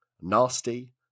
Nasty